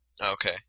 Okay